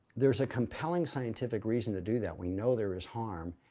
there's a compelling scientific reason to do that. we know there is harm.